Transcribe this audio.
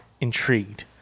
intrigued